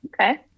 okay